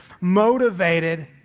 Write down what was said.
motivated